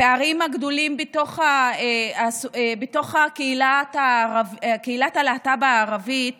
הפערים הגדולים בתוך קהילת הלהט"ב הערבית